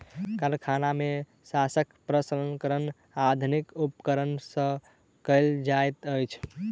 कारखाना में शस्य प्रसंस्करण आधुनिक उपकरण सॅ कयल जाइत अछि